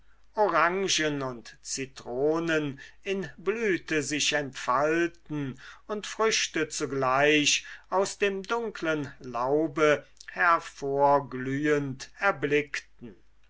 orangen und zitronen in blüte sich entfalten und früchte zugleich aus dem dunklen laube hervorglühend erblickten